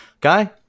Guy